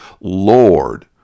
Lord